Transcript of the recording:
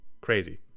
crazy